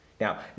Now